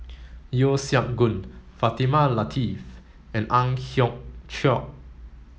Yeo Siak Goon Fatimah Lateef and Ang Hiong Chiok